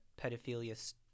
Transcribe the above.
pedophilia